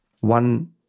one